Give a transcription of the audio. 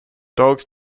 dogs